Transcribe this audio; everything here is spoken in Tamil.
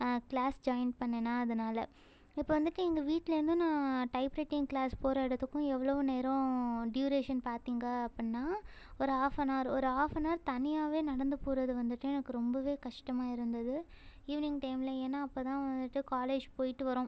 கிளாஸ் ஜாயின் பண்ணேன்னா அதனால் இப்போ வந்துவிட்டு எங்கள் வீட்லேருந்து நான் டைப்ரைட்டிங் கிளாஸ் போகிற இடத்துக்கும் எவ்வளோ நேரம் டியூரேஷன் பார்த்தீங்க அப்புடின்னா ஒரு ஆஃப் அன் ஆர் ஒரு ஆஃப் அன் ஆர் தனியாகவே நடந்துப் போகிறது வந்துவிட்டு எனக்கு ரொம்பவே கஷ்டமாக இருந்தது ஈவினிங் டைமில் ஏன்னா அப்போ தான் வந்துவிட்டு காலேஜ் போயிட்டு வரோம்